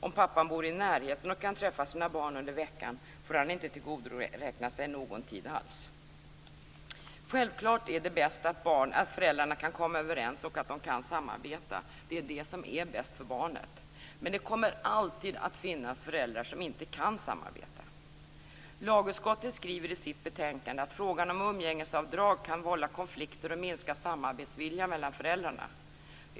Om pappan bor i närheten och kan träffa sina barn under veckan får han inte tillgodoräkna sig någon tid alls. Självklart är det bäst om föräldrarna kan komma överens och att de kan samarbeta. Det är det som är bäst för barnet. Men det kommer alltid att finnas föräldrar som inte kan samarbeta. Lagutskottet skriver i sitt betänkande att frågan om umgängesavdrag kan vålla konflikter och minska samarbetsviljan mellan föräldrarna.